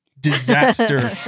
disaster